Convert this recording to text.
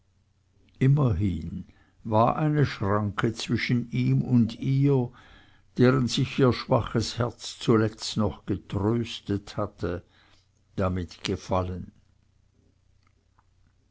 immerhin war eine schranke zwischen ihm und ihr deren sich ihr schwaches herz zuletzt noch getröstet hatte damit gefallen